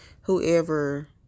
whoever